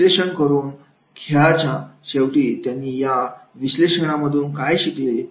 विश्लेषण करून खेळाच्या शेवटी त्यांनी या विश्लेषणामधून काय शिकले